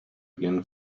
again